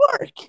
work